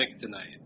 tonight